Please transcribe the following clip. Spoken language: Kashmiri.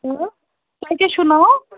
کیٛاہ تۄہہِ کیٚاہ چھُو ناو